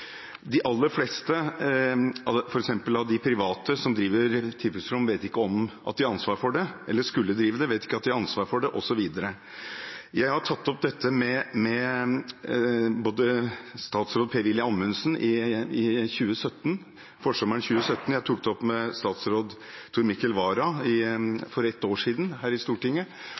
De aller fleste av de private som driver eller skulle drive tilfluktsrom, vet ikke at de har ansvar for det, osv. Jeg tok opp dette med tidligere statsråd Per-Willy Amundsen forsommeren 2017, og jeg tok det opp med Tor Mikkel Wara for et år siden her i Stortinget.